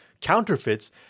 counterfeits